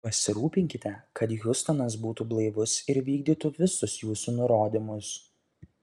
pasirūpinkite kad hiustonas būtų blaivus ir vykdytų visus jūsų nurodymus